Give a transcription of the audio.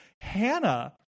Hannah